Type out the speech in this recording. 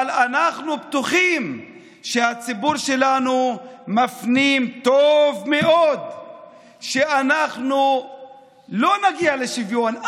אבל אנחנו בטוחים שהציבור שלנו מפנים טוב מאוד שאנחנו לא נגיע לשוויון,